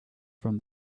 from